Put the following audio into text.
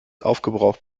aufgebraucht